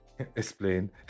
explain